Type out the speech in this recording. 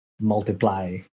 multiply